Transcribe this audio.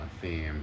theme